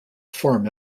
farm